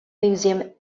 museum